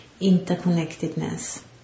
interconnectedness